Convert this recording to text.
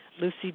Lucy